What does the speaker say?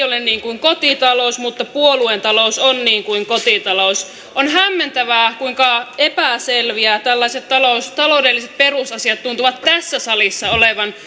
ole niin kuin kotitalous mutta puolueen talous on niin kuin kotitalous on hämmentävää kuinka epäselviä tällaiset taloudelliset perusasiat tuntuvat tässä salissa olevan